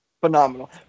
phenomenal